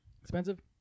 Expensive